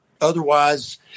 otherwise